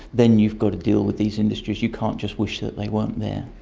then you've got to deal with these industries. you can't just wish that they weren't there.